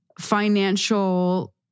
financial